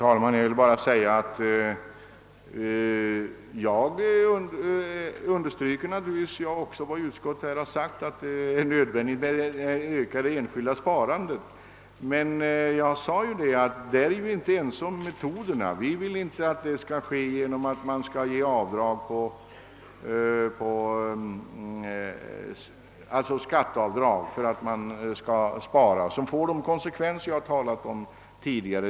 Herr talman! Jag understryker naturligtvis också vad utskottet har sagt, att det är nödvändigt att öka det enskilda sparandet: Men jag sade att vi inte är ense om metoderna. Vi vill inte stimulera sparandet genom att medge skatteavdrag. Detta skulle medföra de konsekvenser som jag nämnde tidigare.